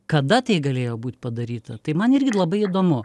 kada tai galėjo būt padaryta tai man irgi labai įdomu